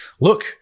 Look